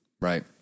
Right